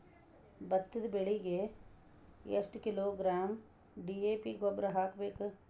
ಭತ್ತದ ಬೆಳಿಗೆ ಎಷ್ಟ ಕಿಲೋಗ್ರಾಂ ಡಿ.ಎ.ಪಿ ಗೊಬ್ಬರ ಹಾಕ್ಬೇಕ?